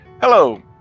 Hello